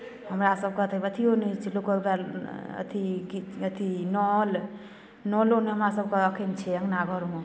हमरासभके तऽ अथिओ नहि छै लोकके हौवे अथी कि अथी नल नलो नहि हमरासभके एखन छै अँगना घरमे